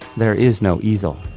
there is no easel.